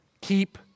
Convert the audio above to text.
Keep